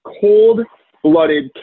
cold-blooded